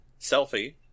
selfie